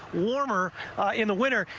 warmer in the winter.